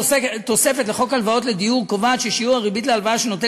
תוספת לחוק הלוואות לדיור קובעת ששיעור הריבית על הלוואה שנותן